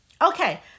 okay